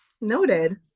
Noted